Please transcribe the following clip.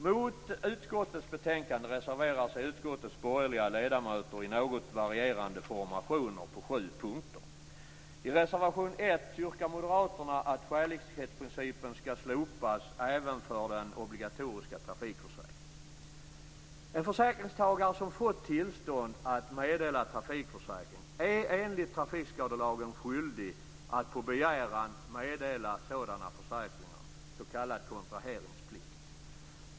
Mot utskottets betänkande reserverar sig utskottets borgerliga ledamöter i något varierande formationer på sju punkter. I reservation 1 yrkar moderaterna att skälighetsprincipen skall slopas även i den obligatoriska trafikförsäkringen. En försäkringstagare som fått tillstånd att meddela trafikförsäkring är enligt trafikskadelagen skyldig att på begäran meddela sådana försäkringar, s.k. kontraheringsplikt.